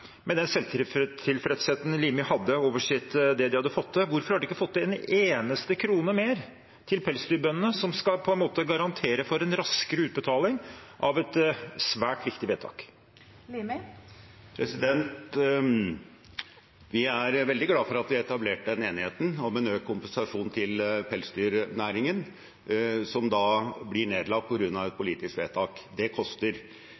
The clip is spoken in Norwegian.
Med den selvtilfredsheten Limi hadde over det de hadde fått til, hvorfor har de ikke fått til en eneste krone mer til pelsdyrbøndene, som skal garantere for en raskere utbetaling av et svært viktig vedtak? Vi er veldig glade for at vi har etablert den enigheten om en økt kompensasjon til pelsdyrnæringen, som blir nedlagt på grunn av et politisk vedtak. Det koster.